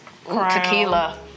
Tequila